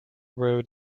road